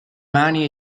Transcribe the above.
mani